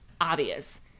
obvious